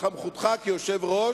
בסמכותך כיושב-ראש,